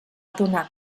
adonar